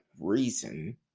reason